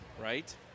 Right